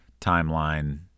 timeline